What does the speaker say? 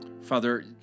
Father